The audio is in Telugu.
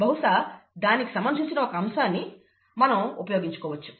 బహుశా దానికి సంబంధించిన ఒక అంశాన్ని మనం ఉపయోగించుకోవచ్చు